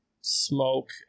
smoke